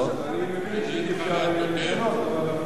אני מבין שאי-אפשר לתקן, אבל אני מבקש שיירשם.